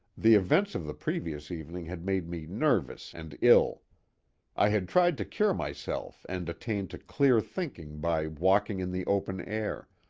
the events of the previous evening had made me nervous and ill i had tried to cure myself and attain to clear thinking by walking in the open air,